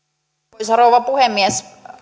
arvoisa rouva puhemies